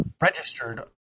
registered